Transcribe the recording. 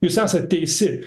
jūs esat teisi